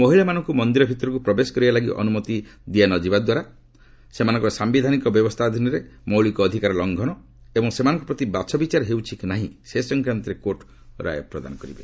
ମହିଳାମାନଙ୍କୁ ମନ୍ଦିର ଭିତରକୁ ପ୍ରବେଶ କରିବା ଲାଗି ଅନୁମତି ଦିଆ ନ ଯିବା ଦ୍ୱାରା ସାୟିଧାନିକ ବ୍ୟବସ୍ଥା ଅଧୀନରେ ସେମାନଙ୍କର ମୌଳିକ ଅଧିକାର ଲଙ୍ଘନ ଏବଂ ସେମାନଙ୍କ ପ୍ରତି ବାଛବିଚାର ହେଉଛି କି ନାହିଁ ସେ ସଂକ୍ନାନ୍ତରେ କୋର୍ଟ ରାୟ ପ୍ରଦାନ କରିବେ